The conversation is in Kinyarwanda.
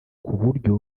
kuburyo